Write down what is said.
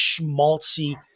schmaltzy